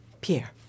Pierre